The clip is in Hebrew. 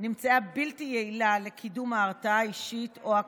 נמצאה בלתי יעילה לקידום ההרתעה האישית או הכללית.